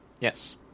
Yes